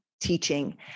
teaching